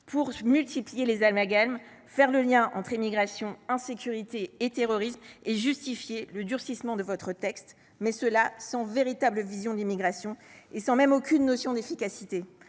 de multiplier les amalgames, de faire le lien entre immigration, insécurité et terrorisme, ainsi que de justifier le durcissement de votre texte, mais sans porter de véritable vision de l’immigration, et sans même aucune notion d’efficacité.